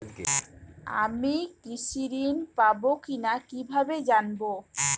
আমি কৃষি ঋণ পাবো কি না কিভাবে জানবো?